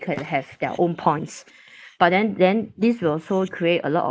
can have their own points but then then this will also create a lot of